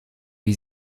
wie